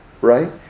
Right